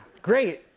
great.